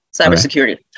cybersecurity